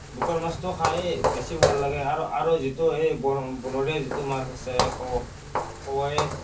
বুকৰ মাছটো খাইয়েই বেছি ভাল লাগে আৰু আৰু যিটো এই বন বনৰীয়া যিটো মাছ আছে ক' কাৱৈ